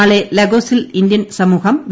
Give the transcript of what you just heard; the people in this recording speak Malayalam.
നാളെ ലാഗോസിൽ ഇന്ത്യൻ സമൂഹം വി